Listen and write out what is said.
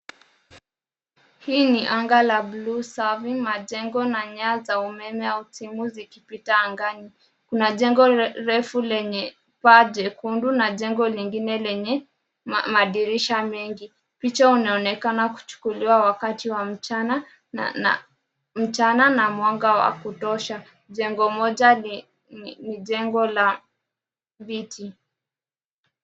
Hii ni anga la bluu safi, majengo na nyaya za umeme au timu zikipita angani. Kuna jengo refu lenye paa jekundu na jengo lingine lenye madirisha mengi. Picha unaonekana kuchukuliwa wakati wa mchana na mchana na mwanga wa kutosha. Jengo moja ni jengo la viti.